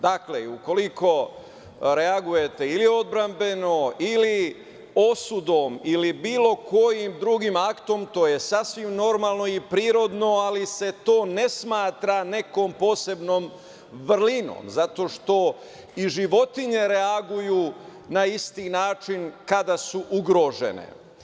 Dakle, ukoliko reagujete ili odbrambeno ili osudom ili bilo kojim drugim aktom, to je sasvim normalno i prirodno, ali se to ne smatra nekom posebnom vrlinom, zato što i životinje reaguju na isti način kada su ugrožene.